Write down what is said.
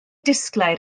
disglair